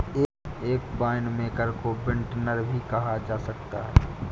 एक वाइनमेकर को विंटनर भी कहा जा सकता है